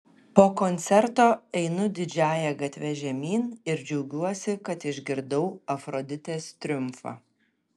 po koncerto einu didžiąja gatve žemyn ir džiaugiuosi kad išgirdau afroditės triumfą